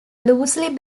loosely